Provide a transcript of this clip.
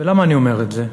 ולמה אני אומר את זה?